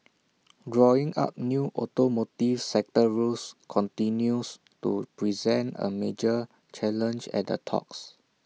drawing up new automotive sector rules continues to present A major challenge at the talks